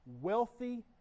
wealthy